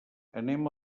anem